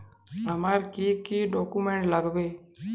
আমার কি কি ডকুমেন্ট লাগবে?